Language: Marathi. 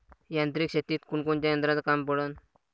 यांत्रिक शेतीत कोनकोनच्या यंत्राचं काम पडन?